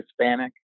Hispanic